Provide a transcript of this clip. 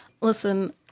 listen